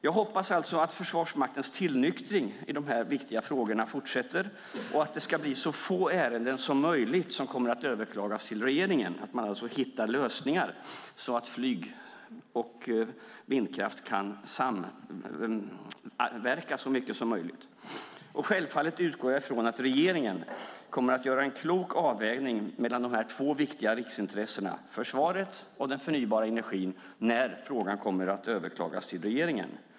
Jag hoppas alltså att Försvarsmaktens tillnyktring i de här viktiga frågorna fortsätter och att det blir så få ärenden som möjligt som överklagas till regeringen, det vill säga att man hittar lösningar så att flyg och vindkraft kan samverka så mycket som möjligt. Självfallet utgår jag från att regeringen kommer att göra en klok avvägning mellan de två viktiga riksintressena - försvaret och den förnybara energin - när frågan överklagas till regeringen.